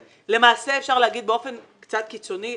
למעשה אפשר לומר באופן קצת קיצוני,